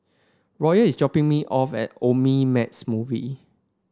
Royal is dropping me off at Omnimax Movie